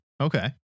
okay